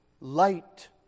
light